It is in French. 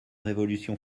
révolution